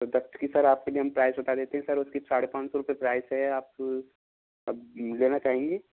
तो दक्ष की सर आपके लिए हम प्राइस बता देते हैं सर उसकी साढ़े पाँच सौ रुपये प्राइस है आप अब लेना चाहेंगी